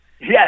Yes